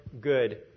good